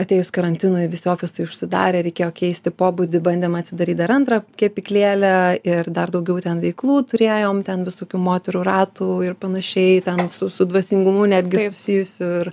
atėjus karantinui visi ofisai užsidarė reikėjo keisti pobūdį bandėme atsidaryti dar antrą kepyklėlę ir dar daugiau ten veiklų turėjome ten visokių moterų ratų ir panašiai ten su su dvasingumu net gi susijusių ir